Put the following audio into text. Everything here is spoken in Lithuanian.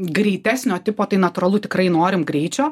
greitesnio tipo tai natūralu tikrai norim greičio